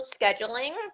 scheduling